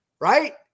Right